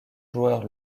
joueur